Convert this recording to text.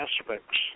aspects